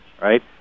right